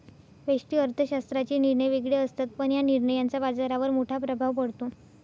व्यष्टि अर्थशास्त्राचे निर्णय वेगळे असतात, पण या निर्णयांचा बाजारावर मोठा प्रभाव पडतो